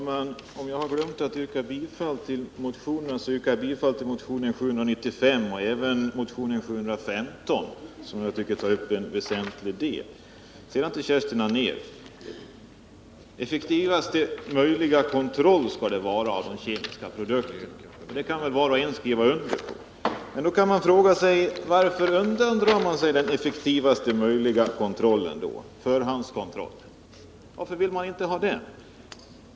Herr talman! Om jag skulle ha glömt det förut, så yrkar jag nu bifall till motionen 795 och även till motionen 715, som jag tycker tar upp en väsentlig del av frågan. Så till Kerstin Anér. Effektivaste möjliga kontroll av de kemiska produkterna skall det vara, säger hon, och det kan väl var och en skriva under på. Men varför undandrar man sig den effektivaste möjliga kontrollen, nämligen förhandskontrollen? Varför vill man inte ha den?